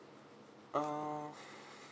uh